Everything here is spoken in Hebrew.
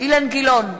אילן גילאון,